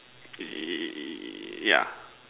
yeah